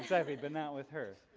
exactly, but not with her.